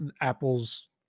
Apple's